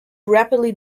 rapidly